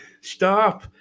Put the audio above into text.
stop